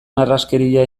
narraskeria